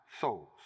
souls